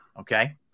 okay